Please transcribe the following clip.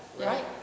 right